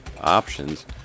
options